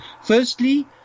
Firstly